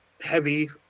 heavy